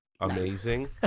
amazing